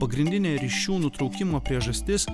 pagrindinė ryšių nutraukimo priežastis